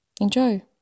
Enjoy